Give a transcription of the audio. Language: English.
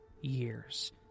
years